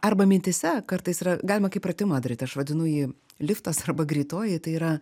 arba mintyse kartais yra galima kaip pratimą daryt aš vadinu jį liftas arba greitoji tai yra